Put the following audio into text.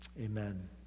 Amen